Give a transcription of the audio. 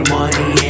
money